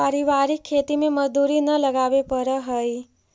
पारिवारिक खेती में मजदूरी न लगावे पड़ऽ हइ